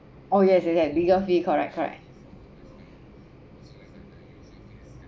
oh yes yes yes legal fee correct correct